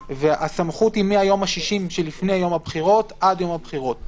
הסמכות היא מהיום ה-60 שלפני יום הבחירות עד יום הבחירות.